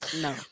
No